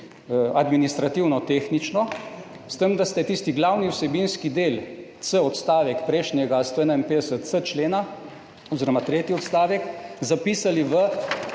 administrativno-tehnično, s tem, da ste tisti glavni vsebinski del, c odstavek prejšnjega 151.c. člena oziroma tretji odstavek zapisali v